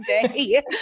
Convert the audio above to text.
today